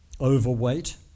overweight